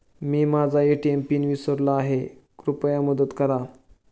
मी माझा ATM PIN विसरलो आहे, कृपया मदत करा